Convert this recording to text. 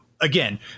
again